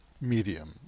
medium